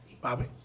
Bobby